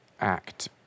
act